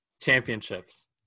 championships